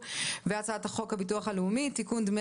גינזבורג; והצעת חוק הביטוח הלאומי (תיקון דמי